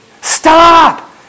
Stop